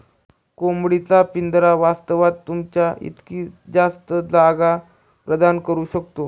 कोंबडी चा पिंजरा वास्तवात, तुमच्या इतकी जास्त जागा प्रदान करू शकतो